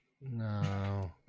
No